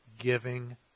Giving